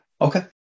Okay